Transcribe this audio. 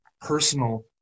personal